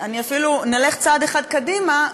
אפילו נלך צעד אחד קדימה,